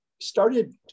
started